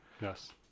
Yes